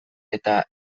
eta